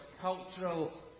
cultural